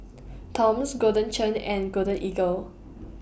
Toms Golden Churn and Golden Eagle